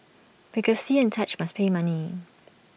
because see and touch must pay money